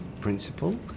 principle